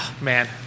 man